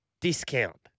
discount